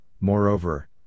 Moreover